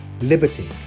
Liberty